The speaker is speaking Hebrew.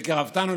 וקירבתנו,